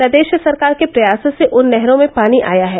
प्रदेश सरकार के प्रयासों से उन नहरों में पानी आया है